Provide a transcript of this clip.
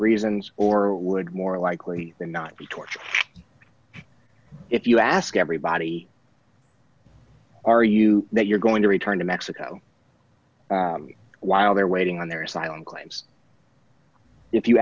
reasons or would more likely than not be tortured if you ask everybody are you that you're going to return to mexico while they're waiting on their asylum claims if you